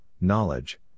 knowledge